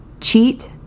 cheat